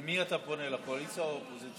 למי אתה פונה, לקואליציה או לאופוזיציה?